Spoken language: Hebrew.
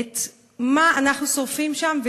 מה אנחנו שורפים שם,